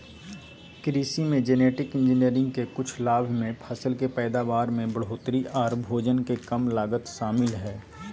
कृषि मे genetic engineering के कुछ लाभ मे फसल के पैदावार में बढ़ोतरी आर भोजन के कम लागत शामिल हय